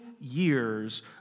years